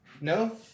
No